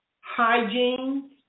Hygiene